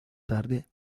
tarde